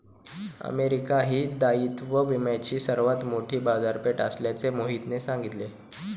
America ही दायित्व विम्याची सर्वात मोठी बाजारपेठ असल्याचे मोहितने सांगितले